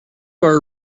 our